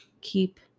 keep